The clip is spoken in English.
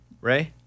Ray